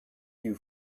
you